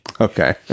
Okay